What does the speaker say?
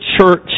church